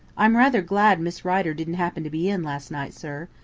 i'm rather glad miss rider didn't happen to be in last night, sir,